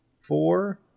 four